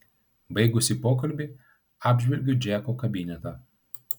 baigusi pokalbį apžvelgiu džeko kabinetą